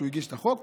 שהגיש את החוק